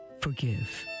forgive